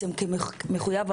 כמחויב,